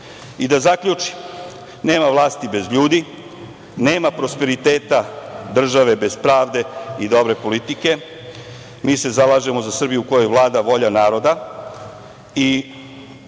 zaključim. Nema vlasti bez ljudi. Nema prosperiteta države bez pravde i dobre politike. Mi se zalažemo za Srbiju u kojoj vlada volja naroda